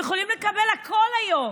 אתם יכולים לקבל הכול היום.